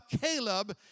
Caleb